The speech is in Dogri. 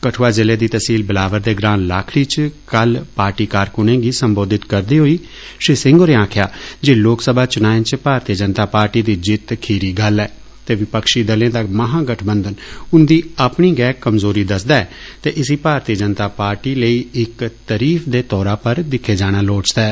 कठुआ जिले दी तहसील बिलावर दे ग्रां लाखड़ी च पार्टी कारकूने गी सम्बोधित करदे होई श्री सिंह होरें गलाया जे लोक सभा चुनाएं च भारतीय जनता पार्टी दी जित्त खीरी गल्ल ऐ ते विपक्षी दलें दा महागठबंधन उन्दी अपनी गै कमजोरी दस्सदा ऐ ते इस्सी भारतीय जनता पार्टी लेई इक्क तारीफ दे तौरा पर दिक्खे जाना लोड़चदा ऐ